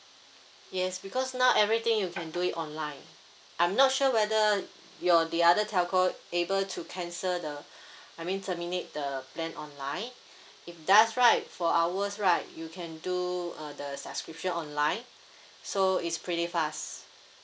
yes because now everything you can do it online I'm not sure whether your the other telco able to cancel the I mean terminate the plan online if does right for hours right you can do uh the subscription online so it's pretty fast